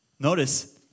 Notice